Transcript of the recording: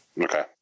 Okay